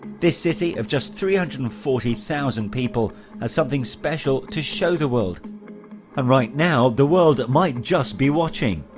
this city, of just three hundred and forty thousand people, has something special to show the world and ah right now, the world might just be watching.